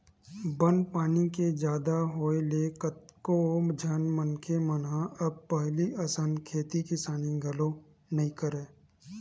बन पानी के जादा होय ले कतको झन मनखे मन ह अब पहिली असन खेती किसानी घलो नइ करय